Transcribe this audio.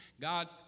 God